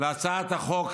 להצעת החוק